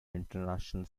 international